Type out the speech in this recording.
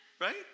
Right